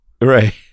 Right